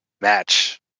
match